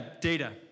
data